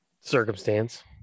Circumstance